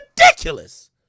ridiculous